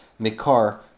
Mikar